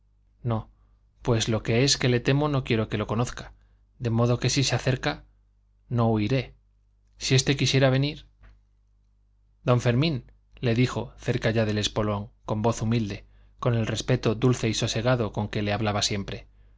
no pues lo que es que le temo no quiero que lo conozca de modo que si se acerca no huiré si este quisiera venir don fermín le dijo cerca ya del espolón con voz humilde con el respeto dulce y sosegado con que le hablaba siempre